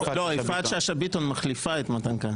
ויפעת שאשא ביטון מחליפה את מתן כהנא.